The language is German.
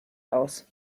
aus